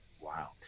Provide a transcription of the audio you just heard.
Wow